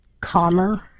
calmer